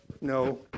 No